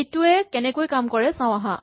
এইটোৱে কেনেকৈ কাম কৰে চাওঁ আহাঁ